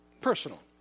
personal